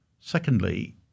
Secondly